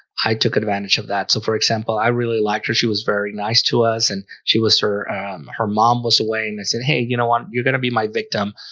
i took advantage of that. so for example, i really liked her she was very nice to us and she was her her mom was away and i said hey, you know what? you're gonna be my victim.